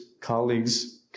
colleagues